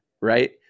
right